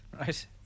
Right